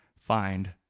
find